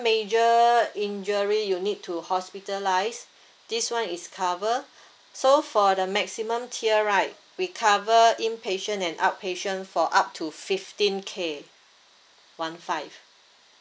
major injury you need to hospitalised this one is cover so for the maximum tier right we cover inpatient and outpatient for up to fifteen K one five